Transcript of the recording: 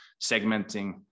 segmenting